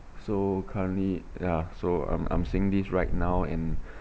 so currently ya so I'm I'm seeing this right now and